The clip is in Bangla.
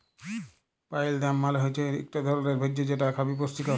পাইল বাদাম মালে হৈচ্যে ইকট ধরলের ভোজ্য যেটা খবি পুষ্টিকর